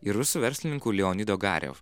ir rusų verslininku leonido grev